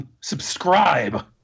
subscribe